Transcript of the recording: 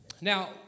Now